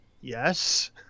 Yes